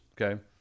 okay